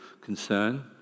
concern